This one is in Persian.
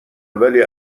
ولی